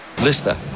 Lister